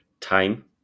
time